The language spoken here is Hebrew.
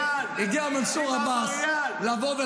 מנסור עבאס שקרא לחיילי צה"ל רוצחים.